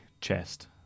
chest